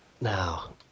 Now